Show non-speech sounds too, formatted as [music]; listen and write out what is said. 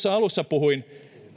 [unintelligible] alussa puhuin